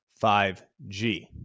5G